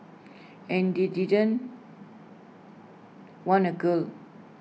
and they didn't want A girl